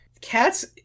Cats